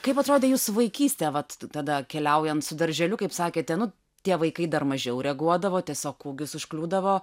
kaip atrodė jūsų vaikystė vat tada keliaujant su darželiu kaip sakėte nu tie vaikai dar mažiau reaguodavo tiesiog ūgis užkliūdavo